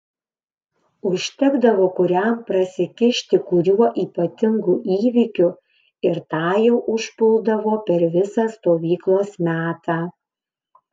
užtekdavo kuriam prasikišti kuriuo ypatingu įvykiu ir tą jau užpuldavo per visą stovyklos metą